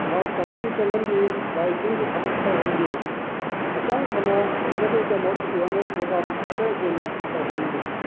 ꯃꯍꯥꯛ ꯆꯥꯛꯈꯨꯝ ꯆꯪꯍꯟꯗꯦ ꯂꯥꯏ ꯇꯤꯟꯒꯤ ꯊꯕꯛ ꯇꯧꯍꯟꯗꯦ ꯍꯛꯆꯥꯡ ꯐꯅ ꯂꯩꯅꯕꯒꯤꯗꯃꯛ ꯑꯦꯋꯥꯔꯅꯦꯁ ꯄ꯭ꯔꯣꯒꯥꯝ ꯈꯔ ꯍꯦꯟꯅ ꯇꯧꯍꯟꯅꯤꯡꯉꯤ